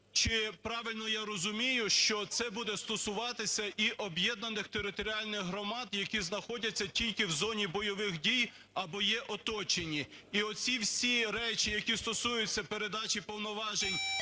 чи правильно я розумію, що це буде стосуватися і об'єднаних територіальних громад, які знаходяться тільки в зоні бойових дій або є оточені? І оці всі речі, які стосуються передачі повноважень